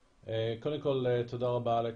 קודם כל, תודה רבה, אלכס,